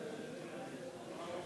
ההצעה